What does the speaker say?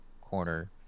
corner